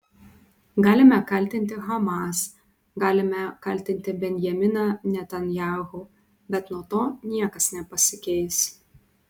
galime kaltinti hamas galime kaltinti benjaminą netanyahu bet nuo to niekas nepasikeis